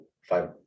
five